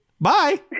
Bye